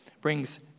Brings